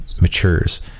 matures